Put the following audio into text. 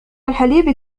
الحليب